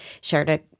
shared